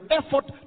effort